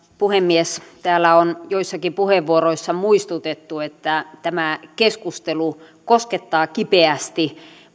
puhemies täällä on joissakin puheenvuoroissa muistutettu että tämä keskustelu koskettaa kipeästi